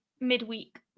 midweek